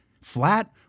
flat